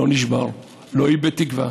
לא נשבר ולא איבד תקווה,